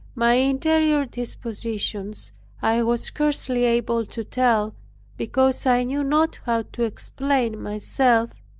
my interior dispositions i was scarcely able to tell because i knew not how to explain myself,